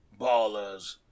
Ballers